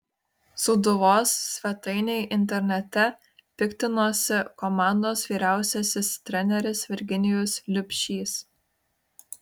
sūduvos svetainei internete piktinosi komandos vyriausiasis treneris virginijus liubšys